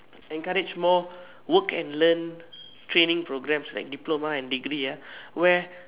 encourage more work and learn training programs like diploma and degree ya where